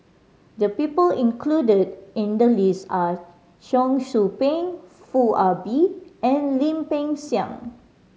the people included in the list are Cheong Soo Pieng Foo Ah Bee and Lim Peng Siang